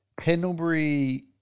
Pendlebury